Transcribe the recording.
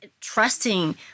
trusting